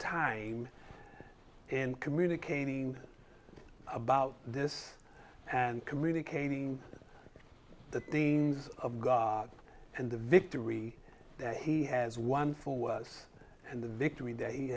time in communicating about this and communicating the things of god and the victory that he has won for us and the victory that he